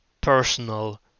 personal